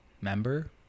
member